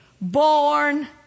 born